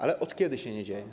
Ale od kiedy się nie dzieje?